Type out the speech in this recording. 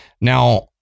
Now